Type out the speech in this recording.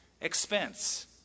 expense